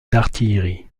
d’artillerie